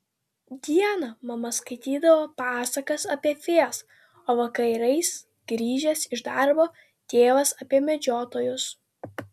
dieną mama skaitydavo pasakas apie fėjas o vakarais grįžęs iš darbo tėvas apie medžiotojus